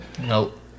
Nope